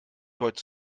heute